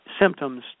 symptoms